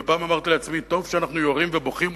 ופעם אמרתי לעצמי: טוב שאנחנו יורים ובוכים.